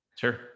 Sure